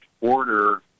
order